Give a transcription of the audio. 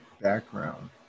background